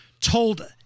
told